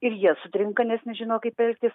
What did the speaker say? ir jie sutrinka nes nežino kaip elgtis